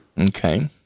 Okay